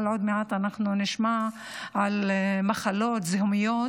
אבל עוד מעט אנחנו נשמע על מחלות זיהומיות